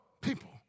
people